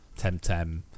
Temtem